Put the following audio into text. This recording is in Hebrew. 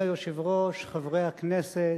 אדוני היושב-ראש, חברי הכנסת,